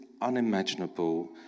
unimaginable